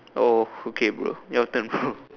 oh okay bro your turn bro